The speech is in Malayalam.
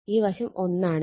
ഈ വശം 1 ആണ്